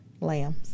Lambs